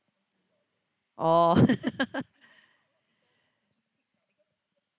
oh